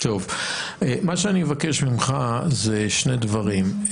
מה שאני אבקש ממך זה שני דברים,